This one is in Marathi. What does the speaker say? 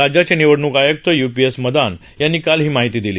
राज्याचे निवडणूक आयुक्त यूपीएस मदानयांनी काल ही माहिती दिली